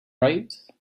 right